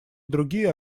другие